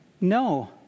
No